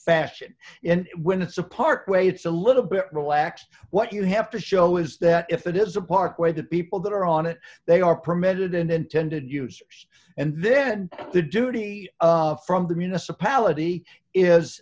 fashion and when it's a part way it's a little bit relaxed b what you have to show is that if it is a park where the people that are on it they are permitted an intended use and then the duty from the municipality is